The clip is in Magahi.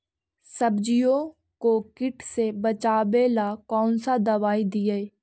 सब्जियों को किट से बचाबेला कौन सा दबाई दीए?